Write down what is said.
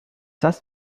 has